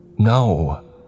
No